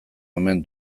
omen